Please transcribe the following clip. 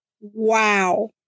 Wow